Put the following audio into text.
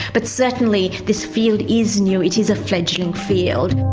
but certainly this field is new, it is a fledgling field.